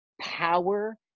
power